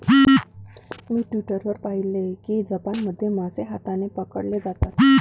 मी Twitter वर पाहिले की जपानमध्ये मासे हाताने पकडले जातात